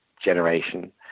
generation